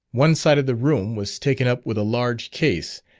one side of the room was taken up with a large case,